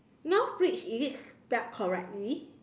North bridge is it spelled correctly